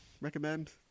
recommend